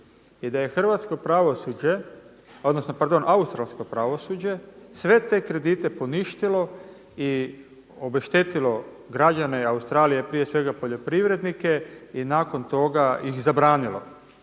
i da je australsko pravosuđe sve te kredite poništilo i obeštetilo građane Australije, prije svega poljoprivrednike i nakon toga ih zabranilo.